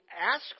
ask